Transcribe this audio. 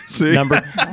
Number